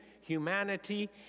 humanity